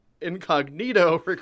incognito